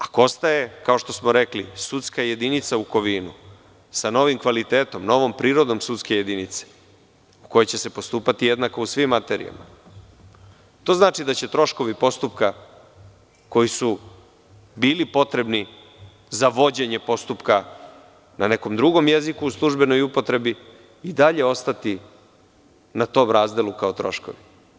Ako ostaje, kao što smo rekli, sudska jedinica u Kovinu sa novim kvalitetom, novom prirodom sudske jedinice u kojoj će se postupati jednako u svim materijama, to znači da će troškovi postupka koji su bili potrebni za vođenje postupka na nekom drugom jeziku u službenoj upotrebi i dalje ostati na tom razdelu kao troškovi.